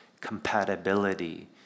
compatibility